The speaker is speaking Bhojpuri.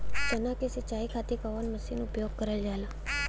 चना के सिंचाई खाती कवन मसीन उपयोग करल जाला?